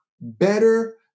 better